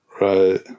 Right